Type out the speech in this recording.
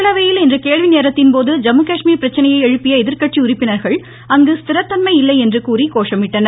மக்களவையில் இன்று கேள்விநேரத்தின்போது ஜம்முகாஷ்மீர் பிரச்சனையை எழுப்பிய எதிர்கட்சி உறுப்பினர்கள் அங்கு ஸ்திர தன்மை இல்லை என்று கூறி கோஷமிட்டனர்